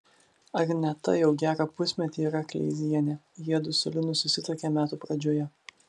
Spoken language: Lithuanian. agneta jau gerą pusmetį yra kleizienė jiedu su linu susituokė metų pradžioje